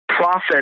profit